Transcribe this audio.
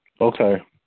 Okay